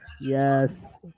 Yes